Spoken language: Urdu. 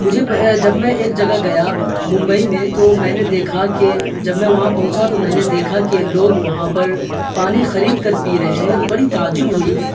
مجھے جب میں ایک جگہ گیا ممبئی میں تو میں نے دیکھا کہ جب میں وہاں پہنچا تو میں نے دیکھا کہ لوگ وہاں پر پانی خرید کر پی رہے ہیں تو بڑی تعجب ہوئی